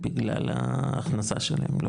בגלל ההכנסה שלהן.